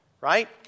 Right